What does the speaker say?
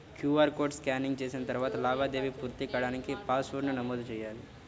QR code scanning చేసిన తరువాత లావాదేవీ పూర్తి కాడానికి పాస్వర్డ్ను నమోదు చెయ్యాలి